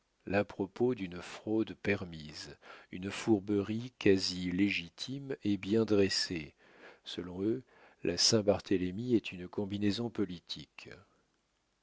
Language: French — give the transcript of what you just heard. droit l'à-propos d'une fraude permise une fourberie quasi légitime et bien dressée selon eux la saint-barthélemy est une combinaison politique